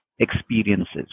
experiences